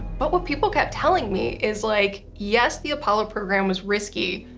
but but people kept telling me is like, yes, the apollo program was risky,